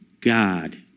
God